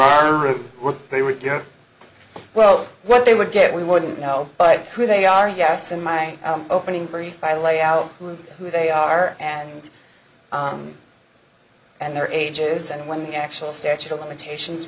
are or were they were well what they would get we wouldn't know but who they are yes in my opening three i lay out who they are and and their ages and when the actual statute of limitations